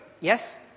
yes